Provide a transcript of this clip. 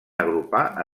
agrupar